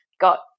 got